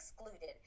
excluded